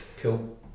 Cool